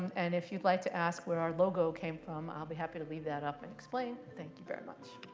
and if you'd like to ask where our logo came from, i'll be happy to leave that up and explain. thank you very much.